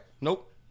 Nope